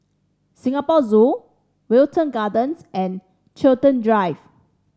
Singapore Zoo Wilton Gardens and Chiltern Drive